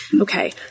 Okay